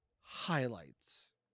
highlights